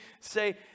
say